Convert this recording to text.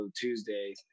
Tuesday